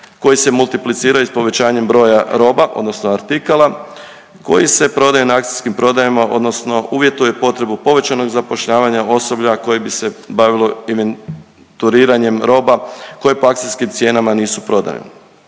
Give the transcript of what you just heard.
koji se multicipliraju s povećanjem broja roba odnosno artikala koji se prodaje na akcijskim prodajama odnosno uvjetuje potrebu povećanog zapošljavanja osoba koje bi se bavilo inventuriranjem roba koje po akcijskim cijenama nisu prodane.